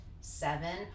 seven